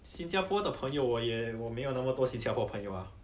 新加坡的朋友我也我没有那么多新加坡的朋友啊